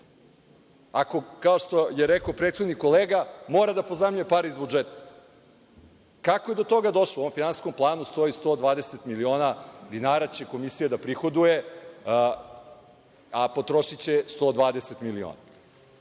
ako, kao što je rekao prethodni kolega, mora da pozajmljuje pare iz budžeta? Kako je do toga došlo? U ovom finansijskom planu stoji – 120 miliona dinara će Komisija da prihoduje, a potrošiće 120 miliona.